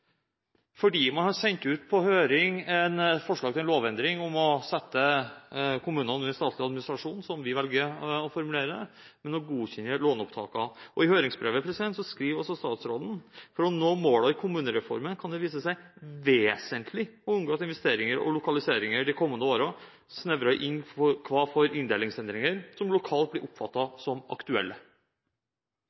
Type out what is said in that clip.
Man har sendt ut på høring et forslag til en lovendring om å sette kommunene under statlig administrasjon – som vi velger å formulere det – gjennom å godkjenne låneopptakene. I høringsbrevet skriver statsråden: «For å nå måla i kommunereforma, kan det vise seg vesentleg å unngå at investeringar og lokaliseringar dei komande åra snevrar inn kva for inndelingsendringar som lokalt blir oppfatta som aktuelle.»